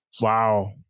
Wow